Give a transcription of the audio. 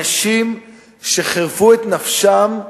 אנשים שחירפו את נפשם.